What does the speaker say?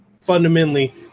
fundamentally